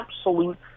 absolute